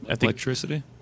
Electricity